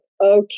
okay